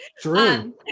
True